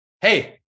Hey